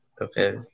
Okay